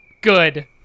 Good